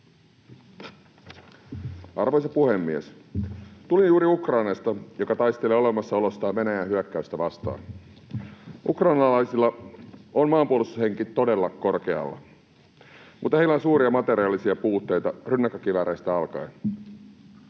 Arvoisa puhemies! Tulin juuri Ukrainasta, joka taistelee olemassaolostaan Venäjän hyökkäystä vastaan. Ukrainalaisilla on maanpuolustushenki todella korkealla, mutta heillä on suuria materiaalisia puutteita rynnäkkökivääreistä alkaen.